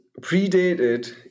predated